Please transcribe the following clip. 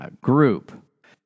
group